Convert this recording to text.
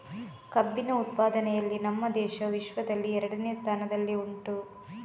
ಕಬ್ಬಿನ ಉತ್ಪಾದನೆಯಲ್ಲಿ ನಮ್ಮ ದೇಶವು ವಿಶ್ವದಲ್ಲಿ ಎರಡನೆಯ ಸ್ಥಾನದಲ್ಲಿ ಉಂಟು